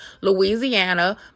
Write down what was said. Louisiana